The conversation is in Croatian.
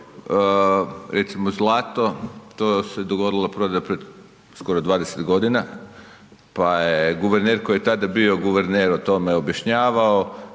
recimo zlato to se dogodila prodaja pred skoro 20 godina, pa je guverner koji je tada bio guverner o tome objašnjavao